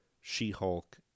She-Hulk